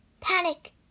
Panic